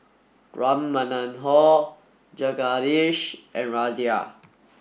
Ram Manohar Jagadish and Razia